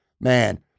man